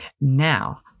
now